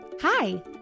Hi